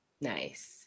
nice